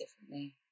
differently